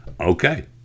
Okay